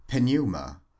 pneuma